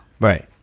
Right